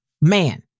man